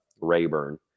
Rayburn